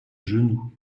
genou